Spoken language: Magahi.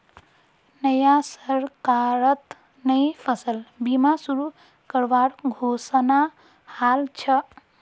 नया सरकारत नई फसल बीमा शुरू करवार घोषणा हल छ